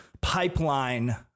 pipeline